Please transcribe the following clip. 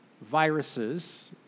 viruses